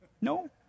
No